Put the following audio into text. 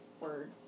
word